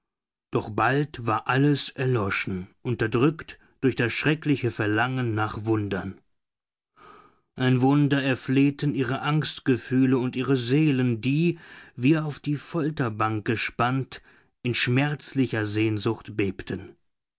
doch bald war alles erloschen unterdrückt durch das schreckliche verlangen nach wundern ein wunder erflehten ihre angstgefühle und ihre seelen die wie auf die folterbank gespannt in schmerzlicher sehnsucht bebten